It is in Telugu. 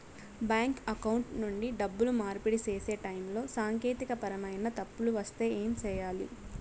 బ్యాంకు అకౌంట్ నుండి డబ్బులు మార్పిడి సేసే టైములో సాంకేతికపరమైన తప్పులు వస్తే ఏమి సేయాలి